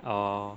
orh